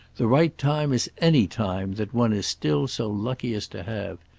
the right time is any time that one is still so lucky as to have.